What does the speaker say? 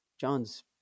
John's